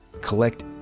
collect